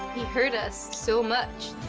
he hurt us so much.